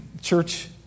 church